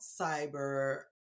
cyber